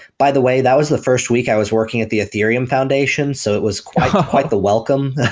by the way, that was the first week i was working at the ethereum foundation. so it was quite quite the welcome.